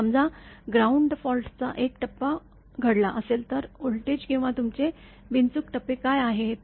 तर समजा ग्राउंड फॉल्टचा एक टप्पा घडला असेल तर व्होल्टेज किंवा तुमचे बिनचूक टप्पे काय आहेत